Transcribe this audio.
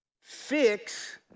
fix